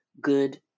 good